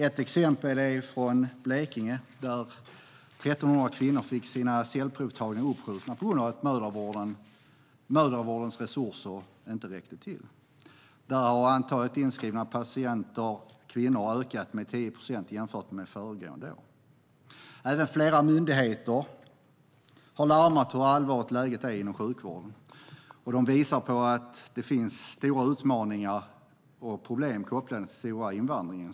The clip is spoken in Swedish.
Ett exempel är Blekinge, där 1 300 kvinnor fick sina cellprovtagningar uppskjutna på grund av att mödravårdens resurser inte räckte till. I Blekinge har antalet inskrivna kvinnor ökat med 10 procent jämfört med föregående år. Även flera myndigheter har larmat om hur allvarligt läget är inom sjukvården. De pekar på att det finns stora utmaningar och problem kopplade till den stora invandringen.